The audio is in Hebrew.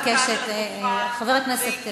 חבר הכנסת אוחנה,